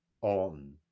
on